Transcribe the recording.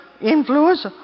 influence